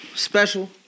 Special